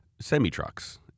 semi-trucks